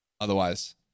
otherwise